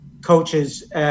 coaches